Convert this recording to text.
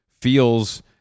feels